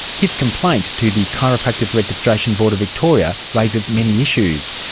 his complaint to the chiropractors registration board of victoria raises many issues.